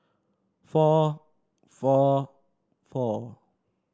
four four four